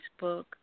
Facebook